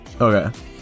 okay